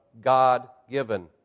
God-given